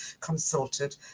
consulted